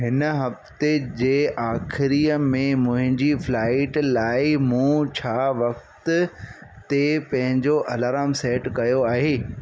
हिन हफ़्ते जे आख़िरीअ में मुंहिंजी फ्लाइट लाइ मूं छा वक़्त ते पंहिंजो अलार्म सेट कयो आहे